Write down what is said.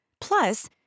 Plus